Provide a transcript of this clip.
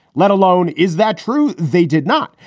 let alone? is that true? they did not.